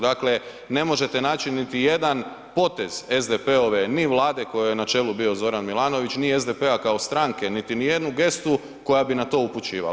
Dakle, ne možete naći niti jedan potez SDP-ove, ni Vlade kojoj je na čelu bio Zoran Milanović, ni SDP-a kao stranke, niti ni jednu gestu koja bi na to upućivala.